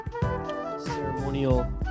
ceremonial